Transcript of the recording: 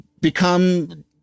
become-